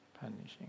Punishing